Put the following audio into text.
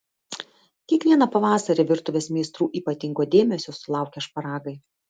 kiekvieną pavasarį virtuvės meistrų ypatingo dėmesio sulaukia šparagai